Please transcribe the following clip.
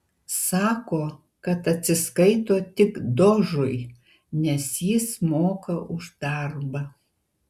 sako kad atsiskaito tik dožui nes jis moka už darbą